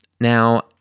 now